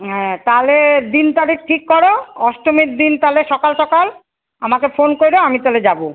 হ্যাঁ তাহলে দিন তারিখ ঠিক করো অষ্টমীর দিন তাহলে সকাল সকাল আমাকে ফোন করো আমি তালে যাবো